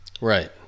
Right